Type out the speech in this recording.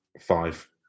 five